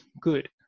good